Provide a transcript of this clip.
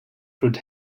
fruit